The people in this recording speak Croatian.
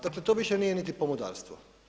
Dakle to više nije ni pomodarstvo.